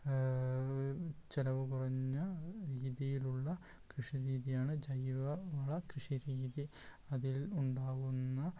ചിലവ് കുറഞ്ഞ രീതിയിലുള്ള കൃഷി രീതിയാണ് ജൈവവള കൃഷി രീതി അതിൽ ഉണ്ടാകുന്ന